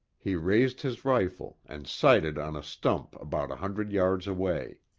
he raised his rifle and sighted on a stump about a hundred yards away.